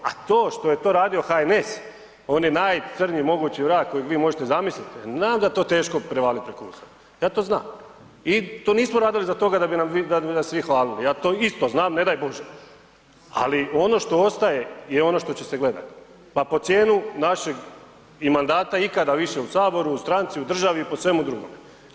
A to što je to radio HNS, on je najcrnji mogući vrag kojeg vi možete zamisliti, znam da je to teško prevaliti preko usta, ja to znam i to nismo radili za toga da bi nas vi hvalili, ja to isto znam, ne daj bože, ali ono što ostaje je ono što će se gledati pa po cijenu našeg i mandata ikada više u saboru, u stranci, u državi i po svemu drugome.